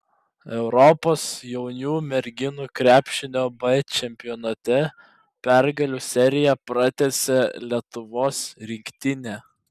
europos jaunių merginų krepšinio b čempionate pergalių seriją pratęsė lietuvos rinktinė